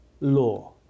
Law –